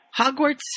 Hogwarts